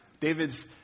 David's